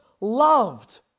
loved